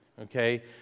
okay